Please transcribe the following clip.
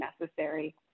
necessary